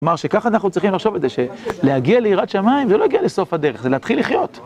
כלומר, שככה אנחנו צריכים לחשוב את זה, שלהגיע ליראת שמיים זה לא להגיע לסוף הדרך, זה להתחיל לחיות.